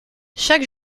chaque